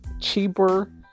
cheaper